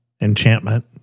Enchantment